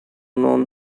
known